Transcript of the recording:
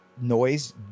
noise